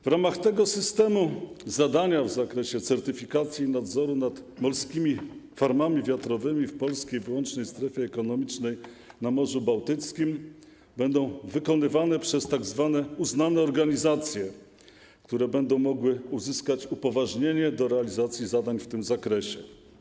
W ramach tego systemu zadania dotyczące certyfikacji nadzoru nad morskimi farmami wiatrowymi w polskiej wyłącznej strefie ekonomicznej na Morzu Bałtyckim będą wykonywane przez tzw. uznane organizacje, które będą mogły uzyskać upoważnienie do realizacji zadań w tym zakresie.